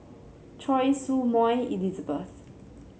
Choy Su Moi Elizabeth